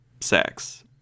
sex